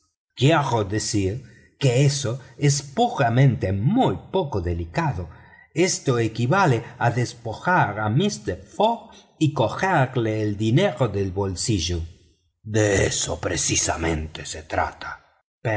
fix quiero decir que es muy poco delicado esto equivale a despojar a mister fogg y sacarle el dinero del bolsillo de eso precisamente se trata